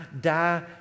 die